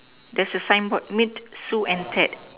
there's a sign board meet Sue and Ted